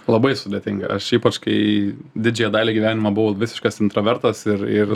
labai sudėtinga aš ypač kai didžiąją dalį gyvenimo buvau visiškas intravertas ir ir